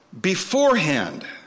beforehand